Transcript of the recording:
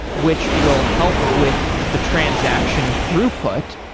which will help with the transaction throughput.